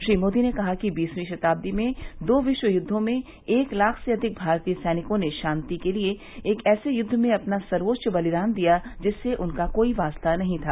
श्री मोदी ने कहा कि बीसवीं शताब्दी में दो विश्व युद्दों में एक लाख से अधिक भारतीय सैनिकों ने शांति के लिए एक ऐसे युद्ध में अपना सर्वोच्च बलिदान दिया जिससे उनका कोई वास्ता नहीं था